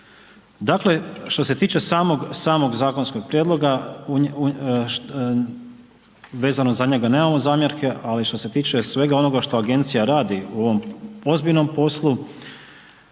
Dakle, što se tiče samog, samog zakonskog prijedloga, vezano za njega nemamo zamjerke, ali što se tiče svega onoga što agencija radi u ovom ozbiljnom poslu,